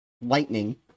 Lightning